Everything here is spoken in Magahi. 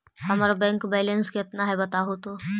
हमर बैक बैलेंस केतना है बताहु तो?